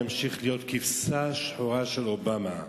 ימשיך להיות כבשה שחורה של אובמה?